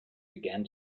began